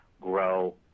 grow